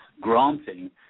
granting